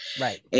right